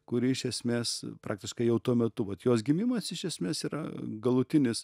kuri iš esmės praktiškai jau tuo metu vat jos gimimas iš esmės yra galutinis